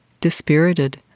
dispirited